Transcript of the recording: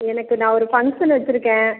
எனக்கு நான் ஒரு ஃபங்க்ஷன் வச்சுருக்கேன்